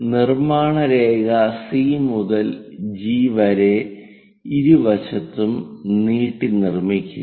നിർമ്മാണ രേഖ സി മുതൽ ജി വരെ ഇരുവശത്തും നീട്ടി നിർമ്മിക്കുക